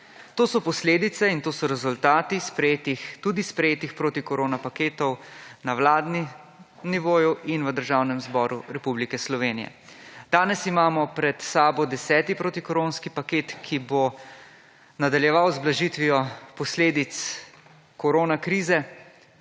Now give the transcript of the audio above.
to so posledice in to so rezultati sprejetih, tudi sprejetih proti korona paketov na vladni nivoju in v Državnem zboru Republike Slovenije. Danes imamo pred sabo 10. protikoronski paket, ki bo nadaljeval z blažitvijo posledic koronakrize,